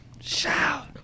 Shout